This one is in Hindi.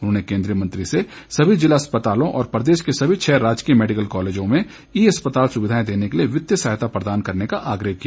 उन्होंने केंद्रीय मंत्री से सभी जिला अस्पतालों और प्रदेश के सभी छः राजकीय मैडिकल कॉलेजों में ई अस्पताल सुविधाएं देने के लिए वित्तीय सहायता प्रदान करने का आग्रह किया